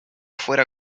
fuera